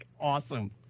awesome